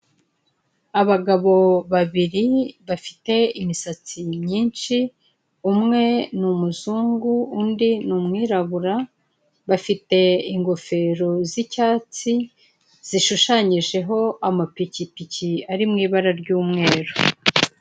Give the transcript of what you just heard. Abagabo babiri bafite imisatsi myinshi, umwe ni umuzungu undi ni umwirabura, bafite ingofero z'icyatsi, zishushanyijeho amapikipiki ari mu ibara ry'umweru.